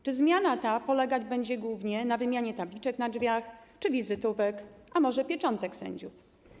Czy zmiana ta polegać będzie głównie na wymianie tabliczek na drzwiach czy wizytówek, a może pieczątek sędziów?